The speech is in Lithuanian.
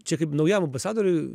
čia kaip naujam ambasadoriui